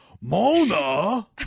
Mona